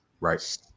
right